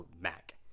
Mac